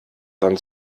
dann